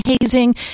hazing